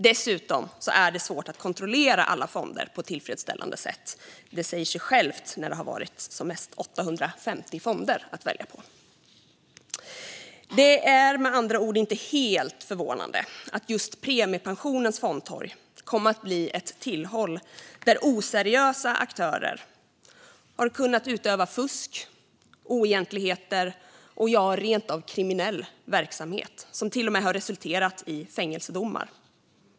Dessutom är det svårt att kontrollera alla fonder på ett tillfredsställande sätt. Det säger sig självt när det har varit som mest 850 fonder att välja på. Det är med andra ord inte helt förvånande att just premiepensionens fondtorg kom att bli ett tillhåll där oseriösa aktörer har kunnat utöva fusk, oegentligheter och rent av kriminell verksamhet. Det har till och med resulterat i fängelsedomar.